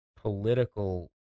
political